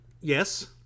yes